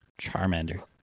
Charmander